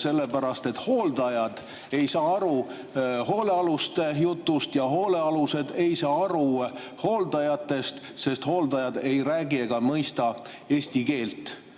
sellepärast et hooldajad ei saa aru hoolealuste jutust ja hoolealused ei saa aru hooldajatest, sest hooldajad ei räägi ega mõista eesti keelt.